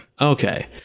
Okay